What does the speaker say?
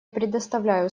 предоставляю